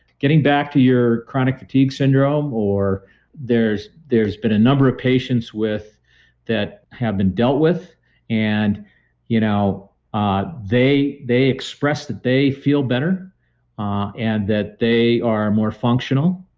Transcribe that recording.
getting back to your chronic fatigue syndrome or there's there's been a number of patients that have been dealt with and you know ah they they express that they feel better ah and that they are more functional,